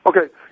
Okay